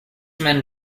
men